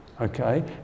okay